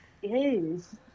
Yes